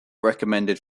recommended